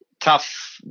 tough